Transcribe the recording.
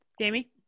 Jamie